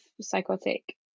psychotic